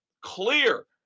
clear